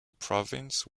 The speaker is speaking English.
province